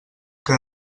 què